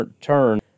turn